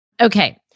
Okay